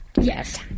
Yes